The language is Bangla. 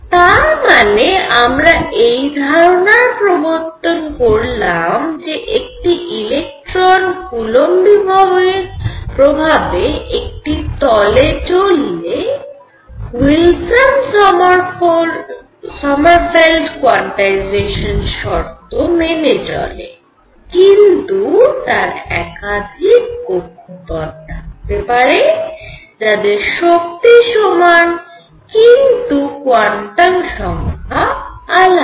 তার মানে আমরা এই ধারণার প্রবর্তন করলাম যে একটি ইলেকট্রন কুলম্ব বিভবের প্রভাবে একটি তলে চললে উইলসন সমারফেল্ড কোয়ান্টাইজেশান শর্ত মেনে চলে কিন্তু তার একাধিক কক্ষপথ থাকতে পারে যাদের শক্তি সমান কিন্তু কোয়ান্টাম সংখ্যা আলাদা